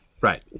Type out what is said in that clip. Right